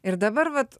ir dabar vat